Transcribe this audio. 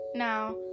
Now